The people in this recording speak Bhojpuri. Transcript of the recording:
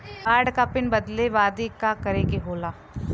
कार्ड क पिन बदले बदी का करे के होला?